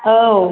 औ